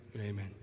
amen